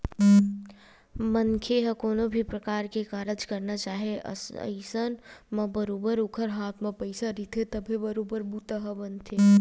मनखे ह कोनो भी परकार के कारज करना चाहय अइसन म बरोबर ओखर हाथ म पइसा रहिथे तभे बरोबर बूता ह बनथे